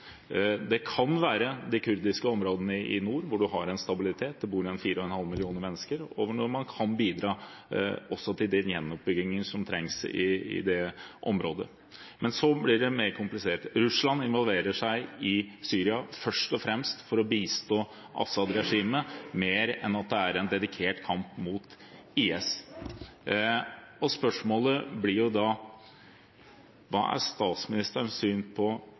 Det kan være de kurdiske områdene i nord hvor man har en stabilitet, der det bor fire og en halv million mennesker, og hvor man kan bidra også til gjenoppbyggingen som trengs i området. Men så blir det mer komplisert. Russland involverer seg i Syria først og fremst for å bistå Assad-regimet mer enn at det er en dedikert kamp mot IS. Spørsmålet blir jo da: Hva er statsministerens syn på